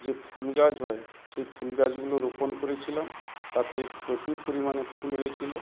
যে ফুল গাছ হয় সেই ফুল গাছগুলো রোপণ করেছিলাম তাতে প্রচুর পরিমাণে ফুল হয়েছিল